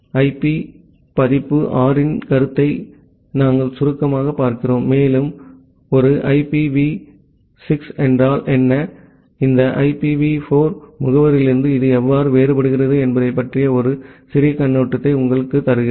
IP பதிப்பு 6 இன் கருத்தை நாங்கள் சுருக்கமாகப் பார்க்கிறோம் மேலும் ஒரு ஐபிவி 6 என்றால் என்ன இந்த ஐபிவி 4 முகவரிகளிலிருந்து இது எவ்வாறு வேறுபடுகிறது என்பதைப் பற்றிய ஒரு சிறிய கண்ணோட்டத்தை உங்களுக்கு தருகிறோம்